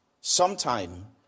sometime